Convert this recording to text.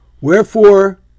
Wherefore